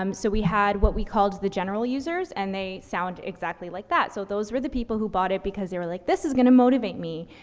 um so we had what we called the general users, and they sound exactly like that. so those were the people who bought it because they were like, this is gonna motivate me.